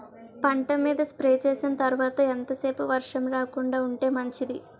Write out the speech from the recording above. పంట మీద స్ప్రే చేసిన తర్వాత ఎంత సేపు వర్షం రాకుండ ఉంటే మంచిది?